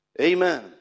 amen